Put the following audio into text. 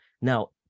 Now